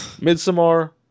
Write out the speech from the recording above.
Midsummer